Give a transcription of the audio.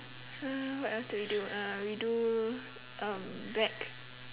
uh what else do we do uh we do um back